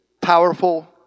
powerful